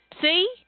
See